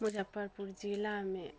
मुजफ्फरपुर जिलामे